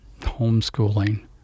homeschooling